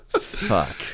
Fuck